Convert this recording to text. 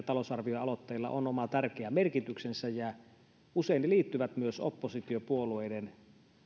talousarvioaloitteilla on oma tärkeä merkityksensä usein ne liittyvät myös oppositiopuolueiden